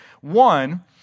One